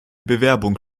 bewerbung